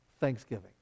Thanksgiving